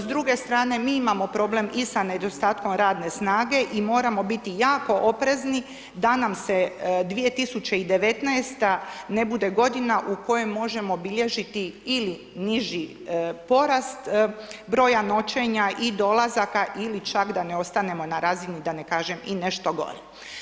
S druge strane mi imamo problem i sa nedostatkom radne snage i moramo biti jako oprezni da nam se 2019. ne bude godina u kojoj možemo bilježiti ili niži porast broja noćenja i dolazaka ili čak da ne ostanemo na razini da ne kažem i nešto gore.